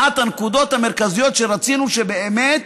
אחת הנקודות המרכזיות היא שרצינו שבאמת